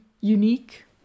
unique